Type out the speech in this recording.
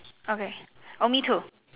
okay oh me too